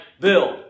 Bill